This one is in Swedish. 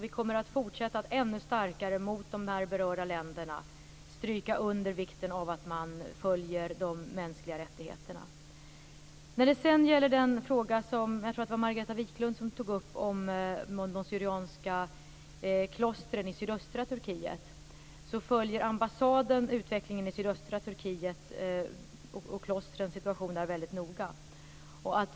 Vi kommer gentemot de berörda länderna att fortsätta att ännu starkare stryka under vikten av att man följer de mänskliga rättigheterna. Sedan vill jag säga något om den fråga som jag tror att det var Margareta Viklund tog upp om de syrianska klostren i sydöstra Turkiet. Ambassaden följer utvecklingen i sydöstra Turkiet, och klostrens situation där, väldigt noga.